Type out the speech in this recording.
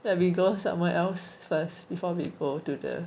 then we go somewhere else first before we go to the